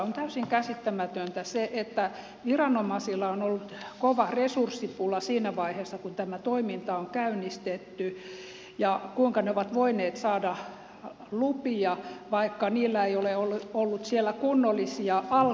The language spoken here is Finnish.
on täysin käsittämätöntä se että viranomaisilla on ollut kova resurssipula siinä vaiheessa kun tämä toiminta on käynnistetty ja että ne ovat siellä voineet saada lupia vaikka niillä ei ole ollut siellä kunnollisia altaita